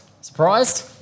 surprised